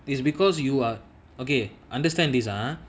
it's because you are okay understand this ah